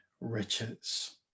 riches